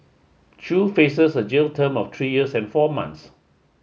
Chew faces a jail term of three years and four months